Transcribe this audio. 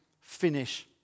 finish